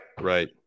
Right